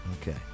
Okay